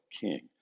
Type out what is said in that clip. king